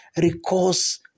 recourse